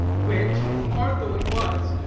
which, hard though it was,